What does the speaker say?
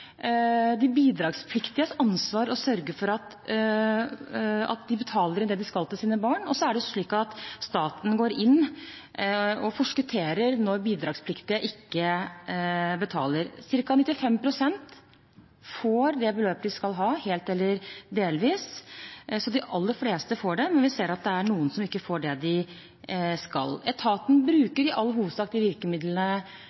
de bidragspliktiges ansvar å sørge for å betale inn det de skal til sine barn, og så går staten inn og forskutterer når bidragspliktige ikke betaler. Ca. 95 pst. får det beløpet de skal ha, helt eller delvis. Så de aller fleste får, men vi ser at det er noen som ikke får det de skal. Etaten